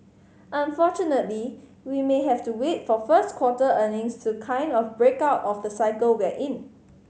unfortunately we may have to wait for first quarter earnings to kind of break out of the cycle we're in